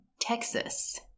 Texas